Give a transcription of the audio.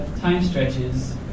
time-stretches